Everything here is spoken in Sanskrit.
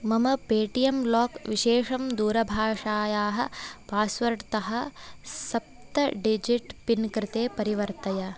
मम पेटियेम् लाक् विशेषं दूरभाषायाः पास्वर्ड् तः सप्त डिजिट् पिन् कृते परिवर्तय